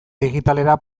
digitalera